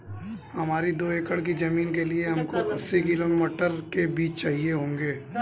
हमारी दो एकड़ की जमीन के लिए हमको अस्सी किलो मटर के बीज चाहिए होंगे